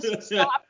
Stop